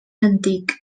antic